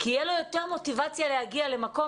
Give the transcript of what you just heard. כי תהיה לו יותר מוטיבציה להגיע למקום